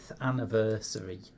anniversary